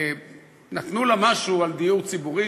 נתנו לה משהו על דיור ציבורי,